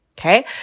Okay